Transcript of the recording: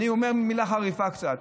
אני אומר מילה חריפה קצת,